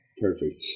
Perfect